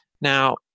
Now